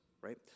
right